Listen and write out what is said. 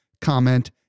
comment